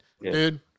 dude